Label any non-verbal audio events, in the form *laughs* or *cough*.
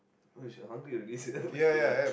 holy shit hungry already sia *laughs* ya